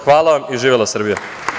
Hvala vam i živela Srbija.